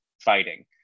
fighting